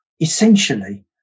essentially